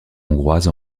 hongroise